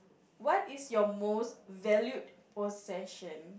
what is your most valued possession